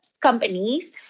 companies